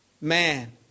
man